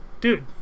dude